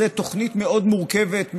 זו תוכנית מאוד מורכבת,